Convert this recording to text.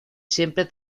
siempre